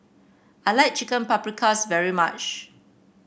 I like Chicken Paprikas very much